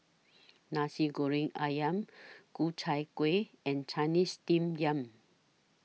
Nasi Goreng Ayam Ku Chai Kuih and Chinese Steamed Yam